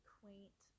quaint